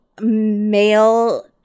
male